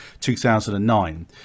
2009